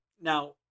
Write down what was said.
Now